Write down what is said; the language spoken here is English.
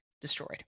destroyed